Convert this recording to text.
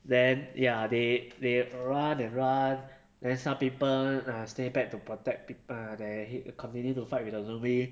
then ya they they run and run then some people uh stay back to protect pe~ uh there continue to fight with the zombie